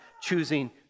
choosing